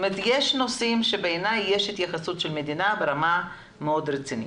יש נושאים שבעיני יש אתה התייחסות של המדינה ברמה מאוד רצינית.